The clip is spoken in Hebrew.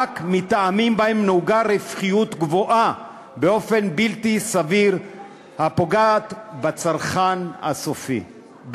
מטעמים שבהם נהוגה רווחיות גבוהה באופן בלתי סביר הפוגעת בצרכן הסופי,